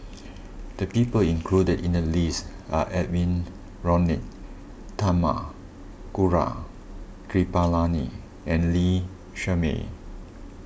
the people included in the list are Edwy Lyonet Talma Gaurav Kripalani and Lee Shermay